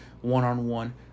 one-on-one